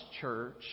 church